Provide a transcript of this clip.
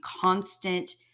constant